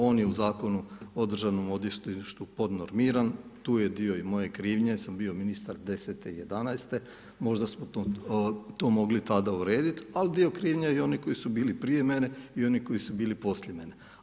On je u Zakonu o državnom odvjetništvu podnormiran, tu je dio i moje krivnje jer sam bio ministar '10. i '11., možda smo to mogli tada urediti, ali dio krivnje je i onih koji su bili prije mene i onih koji su bili poslije mene.